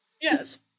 Yes